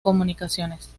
comunicaciones